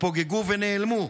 התפוגגו ונעלמו,